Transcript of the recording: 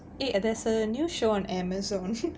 eh there's a new show on Amazon